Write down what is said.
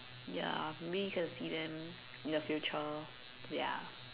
ya maybe we can see them in the future